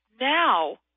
now